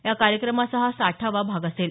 या कार्यक्रमाचा हा साठावा भाग असेल